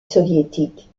soviétique